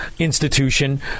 institution